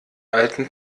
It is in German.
alten